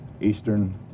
Eastern